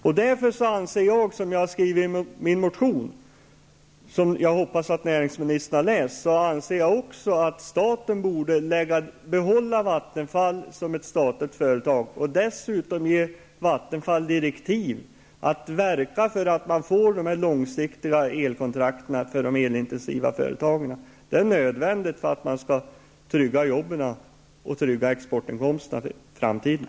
Jag anser därför -- som jag har skrivit i min motion, vilken jag hoppas att näringsministern har läst -- att staten borde behålla Vattenfall som ett statligt företag och dessutom ge Vattenfall direktiv att verka för att man skall få långsiktiga elkontrakt för de elintensiva företagen. Det är nödvändigt för att man skall kunna trygga jobben och exportinkomsterna i framtiden.